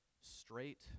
straight